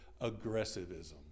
aggressivism